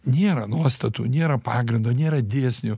nėra nuostatų nėra pagrindo nėra dėsnių